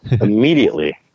immediately